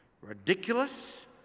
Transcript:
Ridiculous